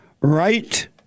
Right